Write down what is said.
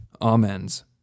Amens